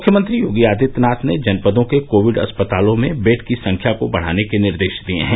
मुख्यमंत्री योगी आदित्यनाथ ने जनपदों के कोविड अस्पतालों में बेड की संख्या को बढ़ाने के निर्देश दिये हैं